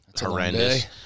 horrendous